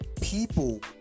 people